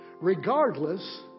Regardless